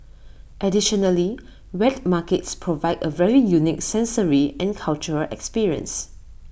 additionally wet markets provide A very unique sensory and cultural experience